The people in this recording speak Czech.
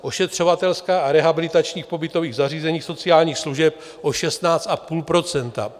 Ošetřovatelská a rehabilitační v pobytových zařízeních sociálních služeb o 16,5 %.